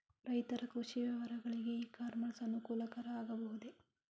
ರೈತರ ಕೃಷಿ ವ್ಯವಹಾರಗಳಿಗೆ ಇ ಕಾಮರ್ಸ್ ಅನುಕೂಲಕರ ಆಗಬಹುದೇ?